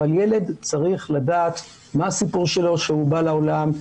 אבל ילד צריך לדעת מה הסיפור שלו שהוא בא לעולם,